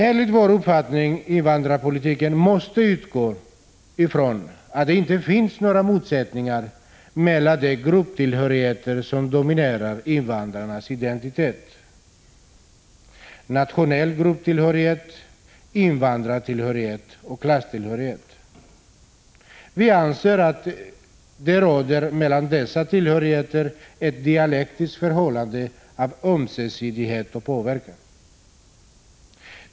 Enligt vår uppfattning måste invandrarpolitiken utgå från att det inte finns några motsättningar mellan de grupptillhörigheter som dominerar invandrarnas identitet: nationell grupptillhörighet, invandrartillhörighet och klasstillhörighet. Vi anser att det mellan dessa tillhörigheter råder ett dialektiskt förhållande av ömsesidighet och påverkan.